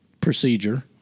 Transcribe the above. procedure